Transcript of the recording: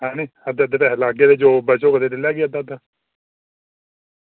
ते हैनी अद्धे अद्धे पैसे लाह्गे ते जो बचग करी लैगे अद्धे अद्धे